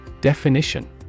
Definition